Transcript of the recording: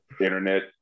internet